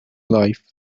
life